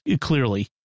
clearly